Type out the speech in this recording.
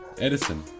edison